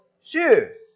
shoes